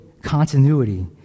continuity